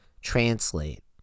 translate